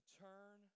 turn